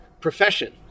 Profession